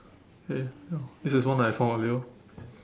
okay now this is the one that I found earlier